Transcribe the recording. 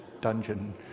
dungeon